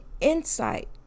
insight